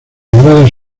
gradas